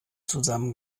zusammen